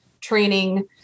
training